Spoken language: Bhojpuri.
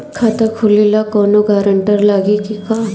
खाता खोले ला कौनो ग्रांटर लागी का?